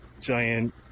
giant